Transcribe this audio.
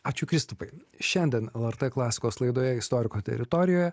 ačiū kristupai šiandien lrt klasikos laidoje istoriko teritorijoje